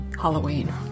Halloween